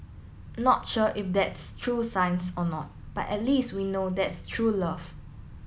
not sure if that's true science or not but at least we know that's true love